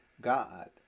God